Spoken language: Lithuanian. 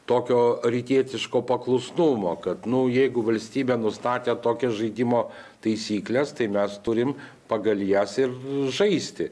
tokio rytietiško paklusnumo kad nu jeigu valstybė nustatė tokias žaidimo taisykles tai mes turim pagal jas ir žaisti